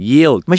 Yield